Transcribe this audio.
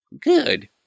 Good